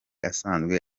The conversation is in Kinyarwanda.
asanzwe